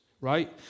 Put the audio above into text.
right